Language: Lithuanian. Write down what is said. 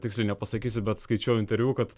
tiksliai nepasakysiu bet skaičiau interviu kad